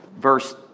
verse